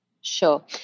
Sure